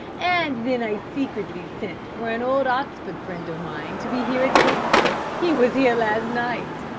and then i secretly sent for an old oxford friend of mine to be here at eight he was here last night.